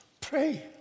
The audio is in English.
Pray